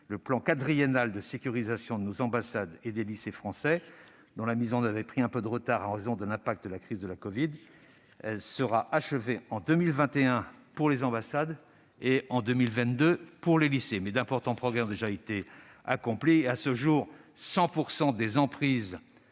le plan quadriennal de sécurisation de nos ambassades et des lycées français, dont la mise en oeuvre avait pris un peu de retard en raison de l'impact de la crise de la covid, sera achevé en 2021 pour les ambassades et en 2022 pour les lycées. Mais d'importants progrès ont déjà été accomplis,